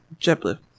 JetBlue